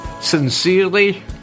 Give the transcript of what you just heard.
Sincerely